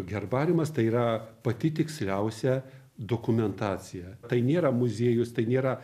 herbariumas tai yra pati tiksliausia dokumentacija tai nėra muziejus tai nėra